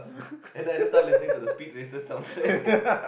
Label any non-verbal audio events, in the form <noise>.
<laughs>